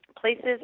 places